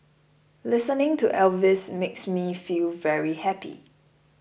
listening to Elvis makes me feel very happy